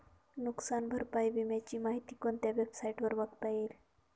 नुकसान भरपाई विम्याची माहिती कोणत्या वेबसाईटवर बघता येईल?